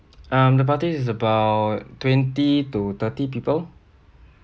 um the party is about twenty to thirty people